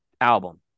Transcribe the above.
album